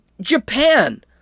Japan